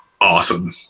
awesome